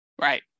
Right